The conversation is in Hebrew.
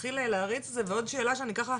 להתחיל להריץ את זה ועוד שאלה שאני ככה,